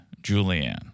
Julianne